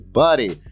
buddy